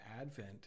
Advent